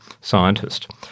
scientist